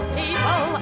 people